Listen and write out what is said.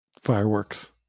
fireworks